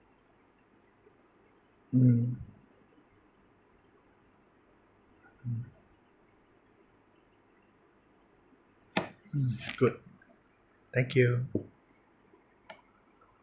mm mm mm good thank you